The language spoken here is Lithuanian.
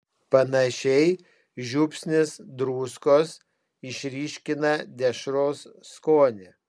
panašiai žiupsnis druskos išryškina dešros skonį